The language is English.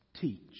teach